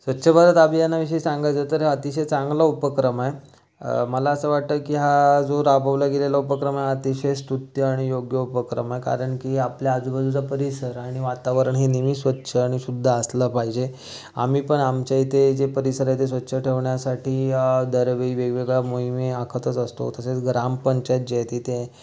स्वच्छ भारत अभियानाविषयी सांगायचं तर अतिशय चांगला उपक्रम आहे मला असं वाटतं की हा जो राबवला गेलेला उपक्रम हा अतिशय स्तुत्य आणि योग्य उपक्रम आहे कारण की आपल्या आजूबाजूचा परिसर आणि वातावरण हे नेहमी स्वच्छ आणि शुद्ध असलं पाहिजे आम्ही पण आमच्या इथे जे परिसर आहे ते स्वच्छ ठेवण्यासाठी दरवेळी वेगवेगळा मोहिमा आखतच असतो तसेच ग्रामपंचायत जी आहे तिथे